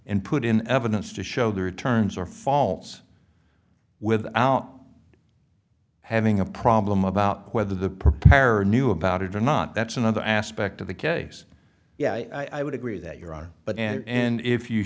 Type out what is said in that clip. and put in evidence to show the returns are false without having a problem about whether the preparer knew about it or not that's another aspect of the case yeah i would agree that your are but and if you